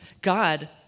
God